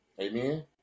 amen